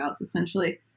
essentially